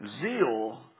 zeal